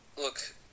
look